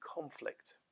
conflict